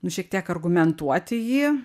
nu šiek tiek argumentuoti jį